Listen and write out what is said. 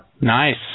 Nice